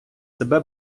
себе